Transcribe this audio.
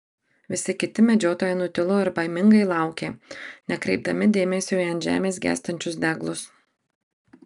visi kiti medžiotojai nutilo ir baimingai laukė nekreipdami dėmesio į ant žemės gęstančius deglus